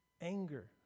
anger